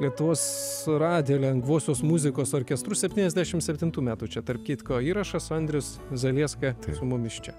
lietuvos radijo lengvosios muzikos orkestru septyniasdešimt septintų metų čia tarp kitko įrašas andrius zalieską tai su mumis čia